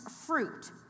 fruit